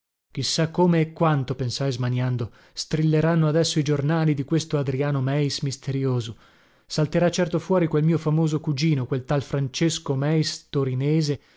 sa come e quanto pensai smaniando strilleranno adesso i giornali di questo adriano meis misterioso salterà certo fuori quel mio famoso cugino quel tal francesco meis torinese